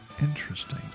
Interesting